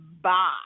bye